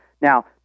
Now